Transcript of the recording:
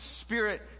Spirit